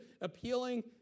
appealing